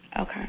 Okay